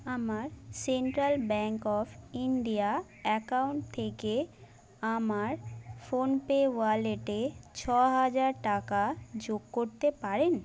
আমার Central Bank of India account থেকে আমার ফোনপে ওয়ালেটে ছ হাজার টাকা যোগ করতে পারেন